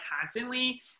constantly